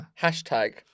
Hashtag